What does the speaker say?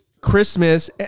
Christmas